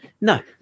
No